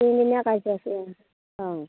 তিনিদিনীয়া কাৰ্যসূচী অঁ অঁ